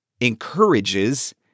encourages